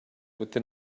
within